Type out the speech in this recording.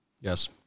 Yes